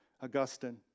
Augustine